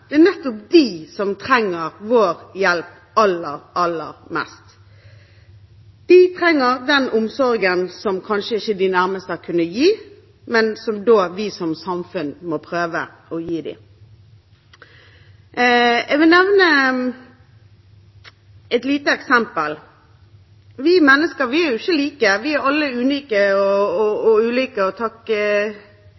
Det er nettopp de som har blitt sviktet av sine nærmeste, som trenger vår hjelp aller, aller mest. De trenger den omsorgen som de nærmeste kanskje ikke har kunnet gi, men som vi som samfunn må prøve å gi dem. Jeg vil nevne et lite eksempel: Vi mennesker er ikke like, vi er alle unike og